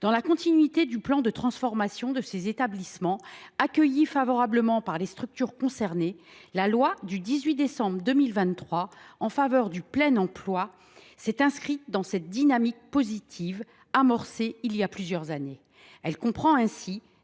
Dans la continuité du plan de transformation de ces établissements, accueilli favorablement par les structures concernées, la loi du 18 décembre 2023 pour le plein emploi s’est inscrite dans cette dynamique positive amorcée il y a plusieurs années. Elle comprend ainsi